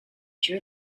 drew